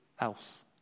else